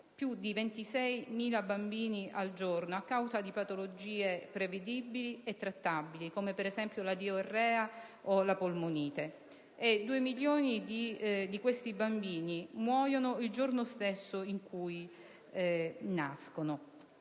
più di 26.000 al giorno, a causa di patologie prevedibili e trattabili come, per esempio, la diarrea o la polmonite. Due milioni di questi bambini muoiono il giorno stesso in cui nascono.